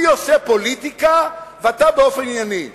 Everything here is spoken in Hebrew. אני עושה פוליטיקה, ואתה, באופן ענייני.